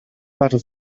battle